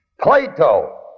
Plato